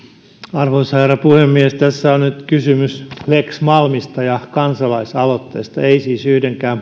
arvoisa herra puhemies tässä on nyt kysymys lex malmista ja kansalaisaloitteesta ei siis yhdenkään